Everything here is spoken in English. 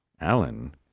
Alan